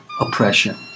oppression